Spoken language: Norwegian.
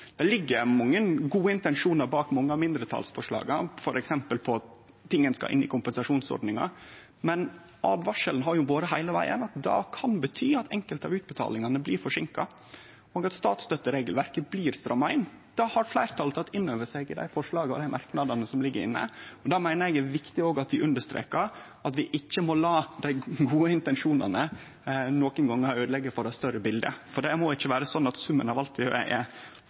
Det ligg mange gode intensjonar bak mange av mindretalsforslaga, f.eks. når det gjeld ting ein skal ha inn i kompensasjonsordningar. Men åtvaringa har heile vegen vore at det kan bety at enkelte av utbetalingane blir forseinka, og at statsstøtteregelverket blir stramma inn. Det har fleirtalet tatt inn over seg i dei forslaga og dei merknadene som ligg inne, og det meiner eg er viktig at vi understrekar – at vi ikkje må la dei gode intensjonane enkelte gonger øydeleggje for det større bildet. For det må ikkje vere slik at summen av alt vi er